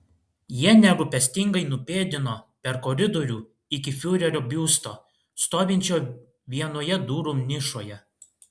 jie nerūpestingai nupėdino per koridorių iki fiurerio biusto stovinčio vienoje durų nišoje